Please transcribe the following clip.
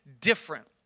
different